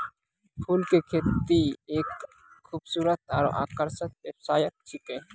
फूल के खेती एक खूबसूरत आरु आकर्षक व्यवसाय छिकै